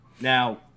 now